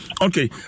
Okay